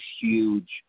huge